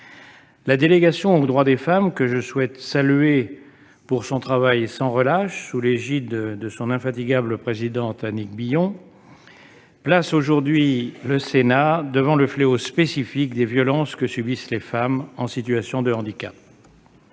La délégation aux droits des femmes, que je souhaite saluer pour le travail sans relâche qu'elle conduit, sous l'égide de son infatigable présidente, Annick Billon, place aujourd'hui le Sénat face au fléau spécifique des violences que subissent les femmes en situation de handicap.